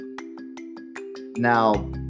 Now